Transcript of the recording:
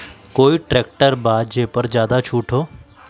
कोइ ट्रैक्टर बा जे पर ज्यादा छूट हो?